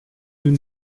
nous